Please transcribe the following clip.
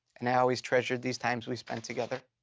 and i always treasured these times we spent together.